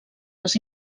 les